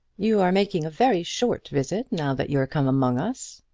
you are making a very short visit now that you're come among us.